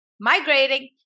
migrating